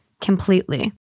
completely